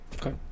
Okay